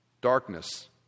Darkness